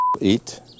Eat